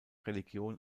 religion